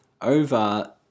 over